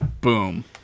Boom